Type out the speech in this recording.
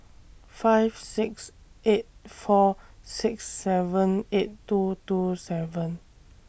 five six eight four six seven eight two two seven